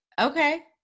Okay